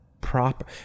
proper